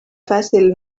fàcil